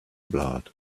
blood